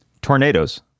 Tornadoes